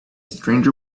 stranger